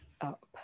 up